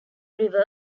river